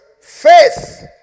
Faith